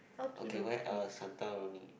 okay where else Santorini